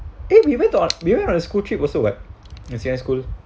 eh we went to on we went on a school trip also what in same school